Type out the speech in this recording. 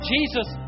Jesus